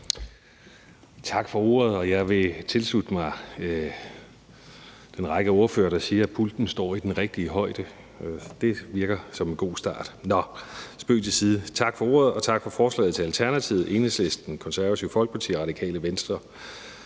Tak for ordet. Jeg vil tilslutte mig den række af ordførere, der siger, at pulten står i den rigtige højde. Det virker som en god start. Nå, spøg til side. Tak til Alternativet, Enhedslisten, Det Konservative Folkeparti og Radikale Venstre